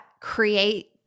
create